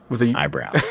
eyebrow